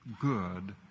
good